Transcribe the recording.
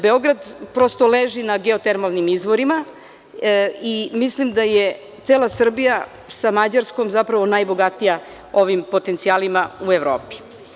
Beograda prosto leži na geotermalnim izvorima i mislim da je cela Srbija sa Mađarskom zapravo najbogatija ovim potencijalima u Evropi.